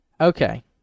Okay